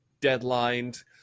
deadlined